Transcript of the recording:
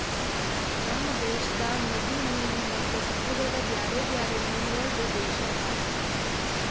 ನಮ್ ದೇಶದಾಗ್ ನದಿ ಮೀನು ಮತ್ತ ಸಮುದ್ರದ ಬ್ಯಾರೆ ಬ್ಯಾರೆ ಮೀನಗೊಳ್ದು ದೇಶ ಅದಾ